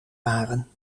waren